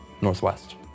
Northwest